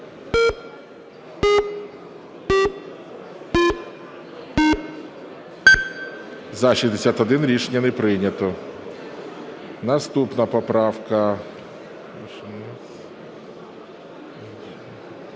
За-61 Рішення не прийнято. Наступна поправка…